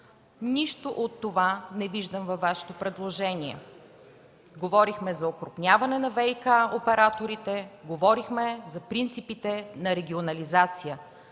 Нищо от това не виждам във Вашето предложение. Говорихме за окрупняване на ВиК операторите, за принципите на регионализацията